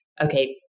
okay